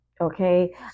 Okay